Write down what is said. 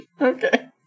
Okay